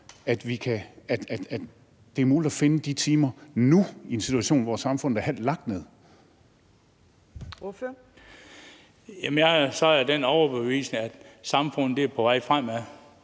at det er muligt at finde de timer nu i en situation, hvor samfundet er halvt lagt ned? Kl. 15:15 Fjerde næstformand